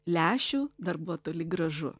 lęšių dar buvo toli gražu